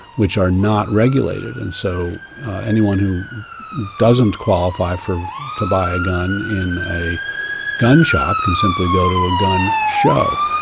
which are not regulated and so anyone who doesn't qualify to buy a gun in a gun shop can simply go to a gun show.